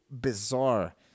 bizarre